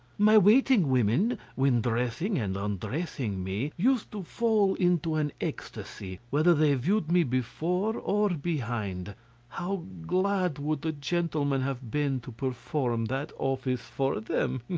my waiting women, when dressing and undressing me, used to fall into an ecstasy, whether they viewed me before or behind how glad would the gentlemen have been to perform that office for them!